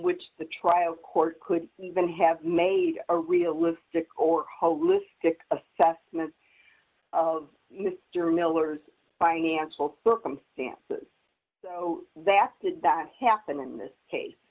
which the trial court could even have made a realistic or holistic assessment of mr miller's financial circumstances that the that happened in this case